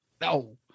No